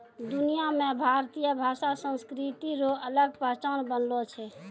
दुनिया मे भारतीय भाषा संस्कृति रो अलग पहचान बनलो छै